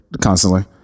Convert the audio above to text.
constantly